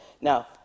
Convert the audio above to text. Now